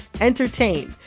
entertain